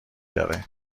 داره